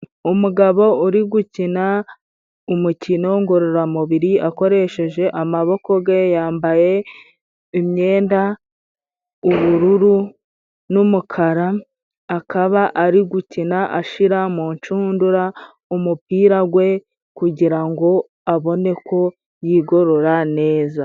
Umugabo uri gukina umukino ngororamubiri akoresheje amaboko ge yambaye imyenda, ubururu n'umukara, akaba ari gukina ashira mu nshundura umupira gwe kugira ngo aboneko yigorora neza.